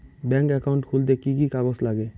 Bank account খুলতে কি কি কাগজ লাগে?